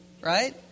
right